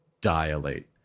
dilate